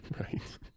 Right